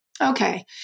Okay